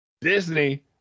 Disney